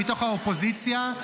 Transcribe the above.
מתוך האופוזיציה,